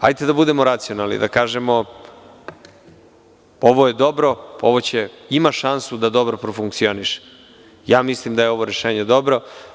Hajte da budemo racionalni, da kažemo – ovo je dobro, ima šansu da dobro profunkcioniše, i ja mislim da je ovo rešenje dobro.